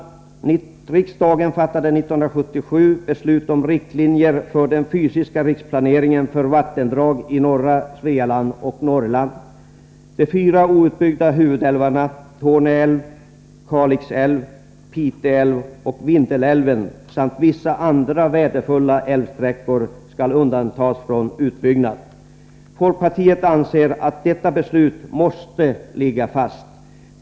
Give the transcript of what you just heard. Riksdagen fattade 1977 beslut om riktlinjer för den fysiska riksplaneringen för vattendrag i norra Svealand och Norrland. De fyra outbyggda huvudälvarna Torne älv, Kalix älv, Pite älv och Vindelälven samt vissa andra värdefulla älvsträckor skall undantas från utbyggnad. Folkpartiet anser att detta beslut måste ligga fast.